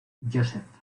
joseph